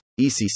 ECC